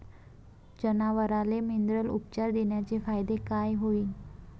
जनावराले मिनरल उपचार देण्याचे फायदे काय होतीन?